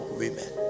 women